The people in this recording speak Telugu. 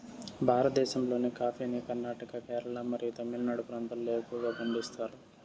భారతదేశంలోని కాఫీని కర్ణాటక, కేరళ మరియు తమిళనాడు ప్రాంతాలలో ఎక్కువగా పండిస్తారు